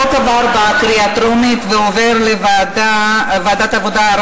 הצעת החוק עברה בקריאה הטרומית ועוברת לוועדת העבודה,